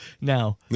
Now